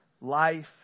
life